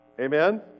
Amen